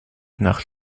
nach